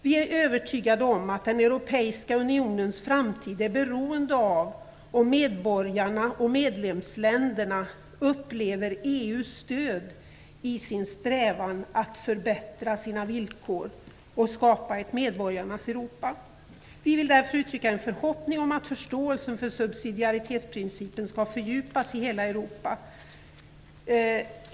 Vi är övertygade om att den europeiska unionens framtid är beroende av hur medborgarna och medlemsländerna upplever EU:s stöd i sin strävan att förbättra sina villkor och skapa ett medborgarnas Europa. Vi vill därför uttrycka en förhoppning om att förståelsen för subsidiaritetsprincipen skall fördjupas i hela Europa.